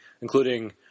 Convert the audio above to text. including